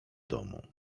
domu